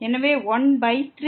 எனவே 1 பை 3